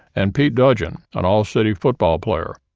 and pete dudgeon, an all-city football player.